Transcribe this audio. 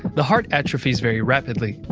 the heart atrophies very rapidly.